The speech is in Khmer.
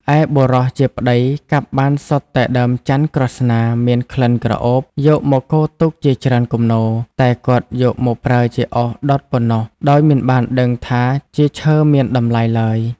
ឯបុរសជាប្តីកាប់បានសុទ្ធតែដើមចន្ទន៍ក្រស្នាមានក្លិនក្រអូបយកមកគរទុកជាច្រើនគំនរ តែគាត់យកមកប្រើជាអុសដុតប៉ុណ្ណោះដោយមិនបានដឹងថាជាឈើមានតម្លៃឡើយ។